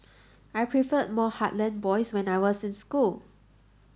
I preferred more heartland boys when I was in school